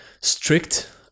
strict